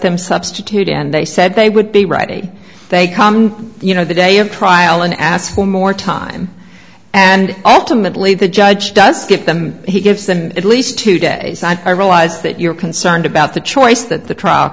them substitute and they said they would be right they come you know the day of trial and ask for more time and ultimately the judge does get them he gives them at least two days and i realize that you're concerned about the choice that the trial